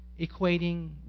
equating